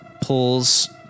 pulls